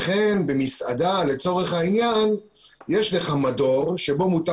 לכן במסעדה לצורך העניין יש לך מדור שבו מותר